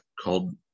called